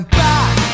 back